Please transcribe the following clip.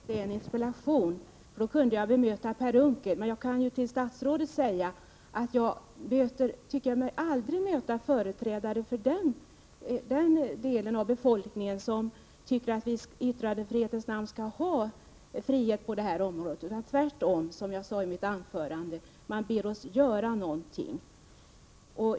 Sveriges Radio har under innevarande verksamhetsperiod ålagts ett besparingskrav på 2 96 årligen. Samtidigt har koncernen erhållit ”reformpengar” på 2,3 Io avsedda för vissa prioriterade områden. Av dessa har en mindre del gått till minoritetsspråkprogrammen. Inom Sveriges Radio diskuteras nu en avsevärd nedskärning av sändningarna på minoritetsspråk som en följd av rationaliseringskraven.